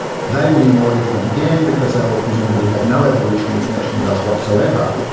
they will be more different again because they will presumably have no evolutionary connection with us whatsoever,